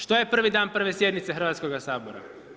Što je prvi dan prve sjednice Hrvatskoga sabora?